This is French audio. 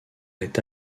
est